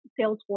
Salesforce